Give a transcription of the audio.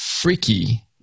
freaky